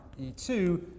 E2